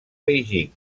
beijing